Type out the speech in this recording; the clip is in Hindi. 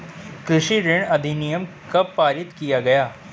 कृषि ऋण अधिनियम कब पारित किया गया?